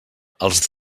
els